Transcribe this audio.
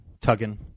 tugging